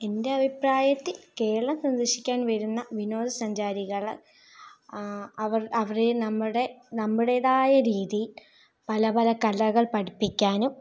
എൻ്റെ അഭിപ്രായത്തിൽ കേരളം സന്ദർശിക്കാൻ വരുന്ന വിനോദ സഞ്ചാരികൾ അവർ അവരെ നമ്മുടെ നമ്മുടേതായ രീതി പല പല കലകൾ പഠിപ്പിക്കാനും